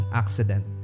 accident